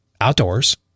outdoors